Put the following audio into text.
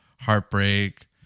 heartbreak